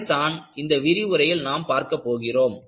அதைத்தான் இந்த விரிவுரையில் நாம் பார்க்கப் போகிறோம்